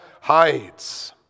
hides